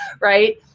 right